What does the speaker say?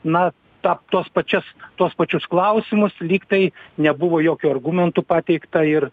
na tą tuos pačias tuos pačius klausimus lyg tai nebuvo jokių argumentų pateikta ir